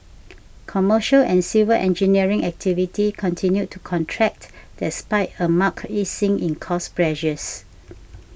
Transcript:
commercial and civil engineering activity continued to contract despite a marked easing in cost pressures